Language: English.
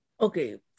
Okay